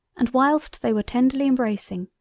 and whilst they were tenderly embracing,